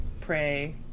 pray